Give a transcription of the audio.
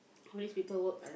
all this people work